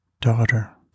Daughter